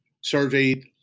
surveyed